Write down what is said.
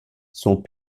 sont